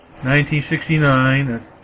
1969